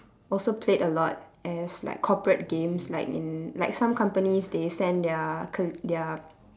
also played a lot as like corporate games like in like some companies they send their col~ their